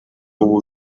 ubu